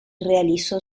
realizó